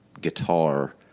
guitar